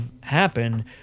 happen